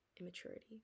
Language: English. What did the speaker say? immaturity